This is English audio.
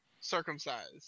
circumcised